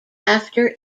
after